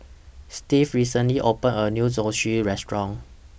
Steve recently opened A New Zosui Restaurant